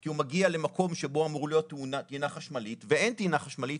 כי הוא מגיע למקום שבו אמורה להיות טעינה חשמלית ואין טעינה חשמלית